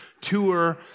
tour